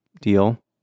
deal